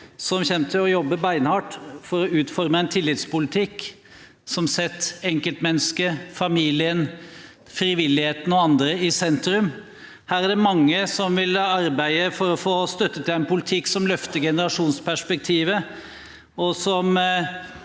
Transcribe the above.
som kommer til å jobbe beinhardt for å utforme en tillitspolitikk som setter enkeltmennesket, familien, frivilligheten og andre i sentrum. Her er det mange som ville arbeide for å få støtte til en politikk som løfter generasjonsperspektivet, og som